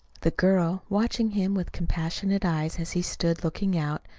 the girl, watching him with compassionate eyes as he stood looking out,